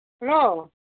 hello